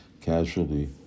casually